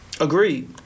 Agreed